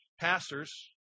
pastors